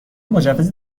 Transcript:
مجوز